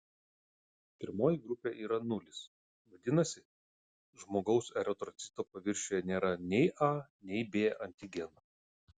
pirmoji grupė yra nulis vadinasi žmogaus eritrocito paviršiuje nėra nei a nei b antigeno